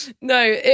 no